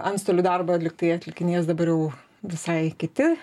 antstolių darbą lygtai atlikinės dabar jau visai kiti